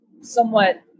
somewhat